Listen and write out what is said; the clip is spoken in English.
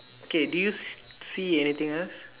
okay do you see anything else